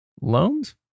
loans